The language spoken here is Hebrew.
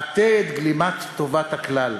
עטה את גלימת טובת הכלל.